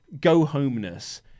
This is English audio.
go-homeness